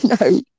no